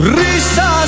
risa